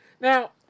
Now